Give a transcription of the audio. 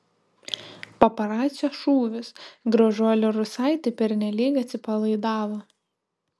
paparacio šūvis gražuolė rusaitė pernelyg atsipalaidavo